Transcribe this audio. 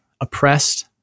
oppressed